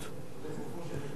מה מציע אדוני השר?